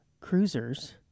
cruisers